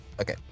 okay